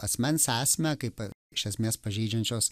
asmens esmę kaip iš esmės pažeidžiančios